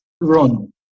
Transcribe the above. run